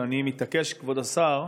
אבל אני מתעקש, כבוד השר,